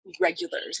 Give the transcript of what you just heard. regulars